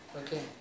okay